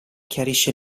chiarisce